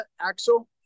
Axel